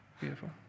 Beautiful